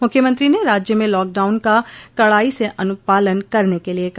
मुख्यमंत्री ने राज्य में लॉकडाउन का कड़ाई से अनपालन करने के लिये कहा